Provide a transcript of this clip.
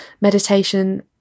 meditation